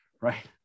right